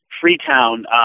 Freetown